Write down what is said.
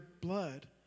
blood